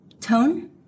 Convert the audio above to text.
tone